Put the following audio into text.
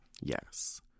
yes